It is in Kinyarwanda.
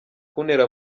kuntera